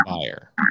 buyer